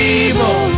evil